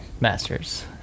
Masters